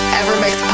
evermix